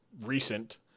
recent